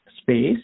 space